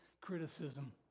criticism